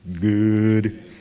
Good